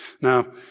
Now